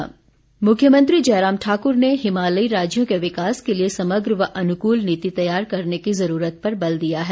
मुख्यमंत्री मुख्यमंत्री जयराम ठाक्र ने हिमालयी राज्यों के विकास के लिए समग्र व अनुकूल नीति तैयार करने की ज़रूरत पर बल दिया है